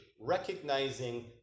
recognizing